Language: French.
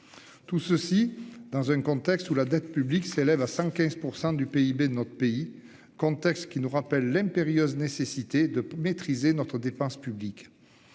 Tout ceci dans un contexte où la dette publique s'élève à 115% du PIB de notre pays. Contexte qui nous rappelle l'impérieuse nécessité de maîtriser notre dépense publique.